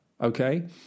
Okay